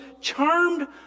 charmed